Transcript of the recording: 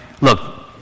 look